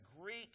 Greek